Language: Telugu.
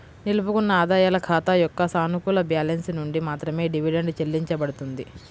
నిలుపుకున్న ఆదాయాల ఖాతా యొక్క సానుకూల బ్యాలెన్స్ నుండి మాత్రమే డివిడెండ్ చెల్లించబడుతుంది